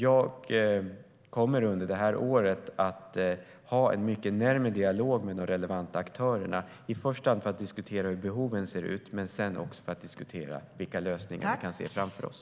Jag kommer under det här året att ha en mycket närmare dialog med de relevanta aktörerna, i första hand för att diskutera hur behoven ser ut men också för att diskutera vilka lösningar vi kan se framför oss.